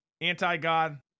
anti-God